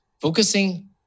Focusing